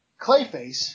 Clayface